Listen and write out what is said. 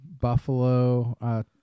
buffalo